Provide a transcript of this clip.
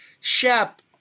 Shep